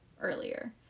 earlier